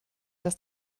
dass